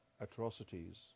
atrocities